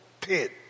pit